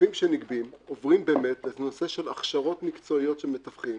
שהכספים שנגבים עוברים לנושא של הכשרות מקצועיות של מתווכים